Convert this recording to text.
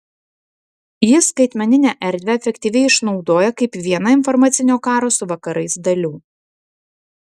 ji skaitmeninę erdvę efektyviai išnaudoja kaip vieną informacinio karo su vakarais dalių